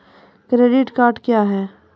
Credit card क्या हैं?